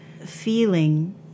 feeling